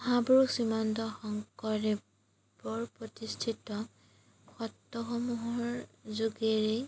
মহাপুৰুষ শ্ৰীমন্ত শংকৰদেৱৰ প্ৰতিষ্ঠিত সত্ৰসমূহৰ যোগেৰেই